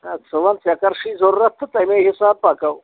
ہا ژٕ وَن ژےٚ کَر چھِ ضروٗرت تہٕ تَمے حِساب پَکو